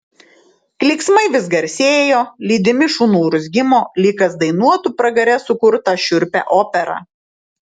klyksmai vis garsėjo lydimi šunų urzgimo lyg kas dainuotų pragare sukurtą šiurpią operą